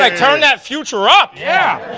like turn that future up. yeah.